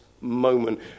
moment